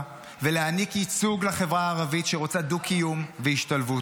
ולהעניק ייצוג לחברה הערבית שרוצה דו-קיום והשתלבות.